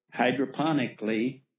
hydroponically